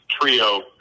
trio